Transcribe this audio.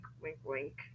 wink-wink